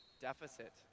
deficit